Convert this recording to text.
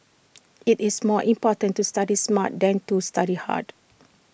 IT is more important to study smart than to study hard